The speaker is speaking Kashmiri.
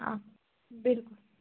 آ بِلکُل